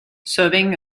serving